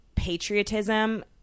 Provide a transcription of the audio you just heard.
patriotism